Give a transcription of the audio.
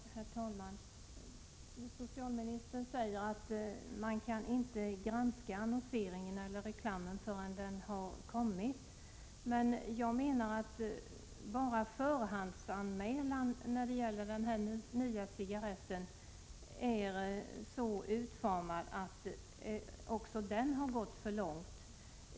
Herr talman! Socialministern säger att man inte kan granska annonsering 27 oktober 1987 en eller reklamen i förväg. Men jag menar att redan utformningen av förhandsanmälan av den nya cigaretten tyder på att man har gått för långt.